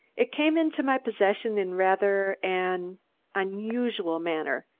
it came into my possession in rather an unusual manner,